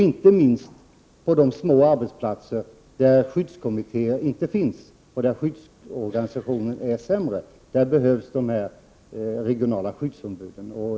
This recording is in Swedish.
Inte minst på de små arbetsplatserna, där skyddskommittéer inte finns och där skyddsorganisationen är 107 sämre, behövs dessa regionala skyddsombud.